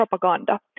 propaganda